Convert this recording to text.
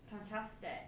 Fantastic